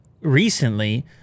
recently